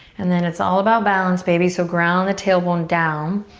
and then it's all about balance, baby, so ground the tailbone down,